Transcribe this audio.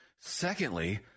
Secondly